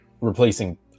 replacing